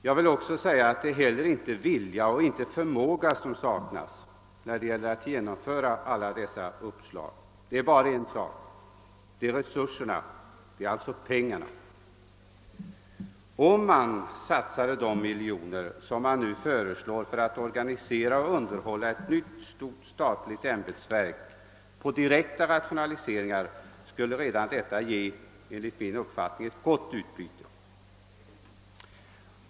Jag vill också säga att det inte är förmåga eller vilja som saknas när det gäller att genomföra alla dessa uppslag, utan att det är resurserna som fattas; det är pengarna som behövs. Om man satsade de miljoner, som nu föreslås för att organisera och underhålla ett nytt stort statligt ämbetsverk, på direkta rationaliseringar, skulle redan detta enligt min uppfattning ge ett gott utbyte.